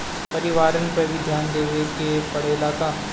परिवारन पर भी ध्यान देवे के परेला का?